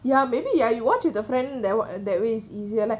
ya maybe ya you watched with the friend that wa~ that way it's easier lah